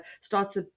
starts